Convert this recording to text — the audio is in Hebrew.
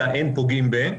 אלא אין פוגעים ב ,